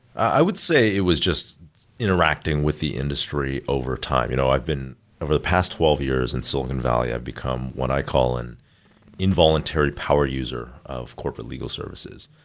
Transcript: i would say it was just interacting with the industry overtime. you know i've been over the past twelve years in silicon valley, i become what i call an involuntary power user of corporate legal services.